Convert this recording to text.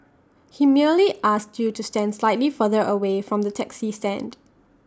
he merely asked you to stand slightly further away from the taxi stand